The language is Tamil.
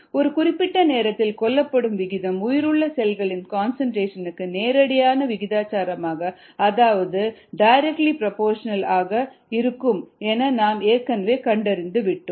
ஒரு குறிப்பிட்ட நேரத்தில் கொல்லப்படும் விகிதம் உயிருள்ள செல்களின் கன்சன்ட்ரேஷன் க்கு நேரடியான விகிதாசாரமாக அதாவது டைரக்ட்லி பிரபோஷனல் ஆக ஆக இருக்கும் என நாம் ஏற்கனவே கண்டறிந்து விட்டோம்